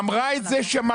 אנחנו per